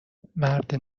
مرد